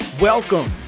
Welcome